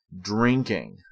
drinking